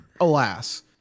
alas